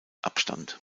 abstand